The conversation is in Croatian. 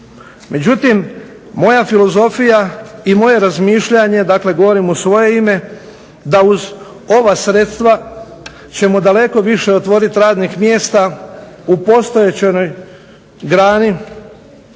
Međutim, moja filozofija i moje razmišljanje, dakle moje razmišljanje, da uz ova sredstva ćemo daleko više otvoriti radnih mjesta u postojećoj grani